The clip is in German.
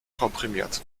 komprimiert